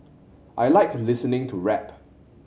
I like listening to rap